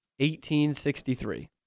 1863